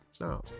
no